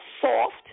soft